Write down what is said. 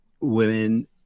women